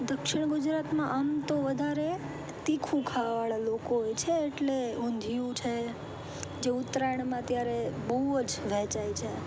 દક્ષિણ ગુજરાતમાં આમ તો વધારે તીખું ખાવાવાળા લોકો હોય છે એટલે ઊંધિયું છે જે ઉત્તરાયણમાં ત્યારે બહુ જ વેચાય છે